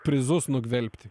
prizus nugvelbti